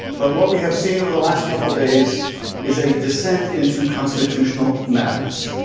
but what we have seen over the last couple days is a descent into constitutional madness,